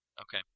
Okay